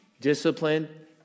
discipline